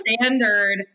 standard